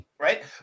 right